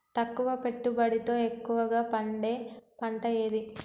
తక్కువ పెట్టుబడితో ఎక్కువగా పండే పంట ఏది?